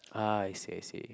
ah I see I see